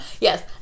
Yes